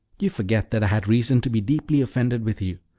you forget that i had reason to be deeply offended with you.